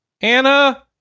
Anna